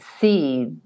see